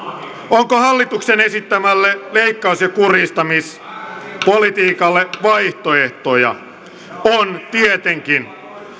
onko hallituksen esittämälle leikkaus ja kurjistamispolitiikalle vaihtoehtoja on tietenkin